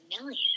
million